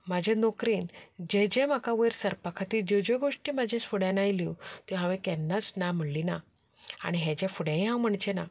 म्हजें नोकरेन जें जें म्हाका वयर सरपा खातीर ज्यो ज्यो गोश्टी म्हज्या फुड्यान आयल्यो त्यो हांवें केन्नाच ना म्हणल्यो ना आनी हाज्या फुडेंय हांव ना म्हणचें ना